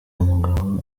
mugabo